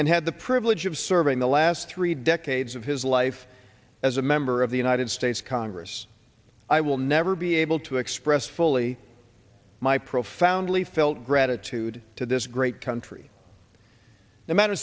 and had the privilege of serving the last three decades of his life as a member of the united states congress i will never be able to express fully my profoundly felt gratitude to this great country no matter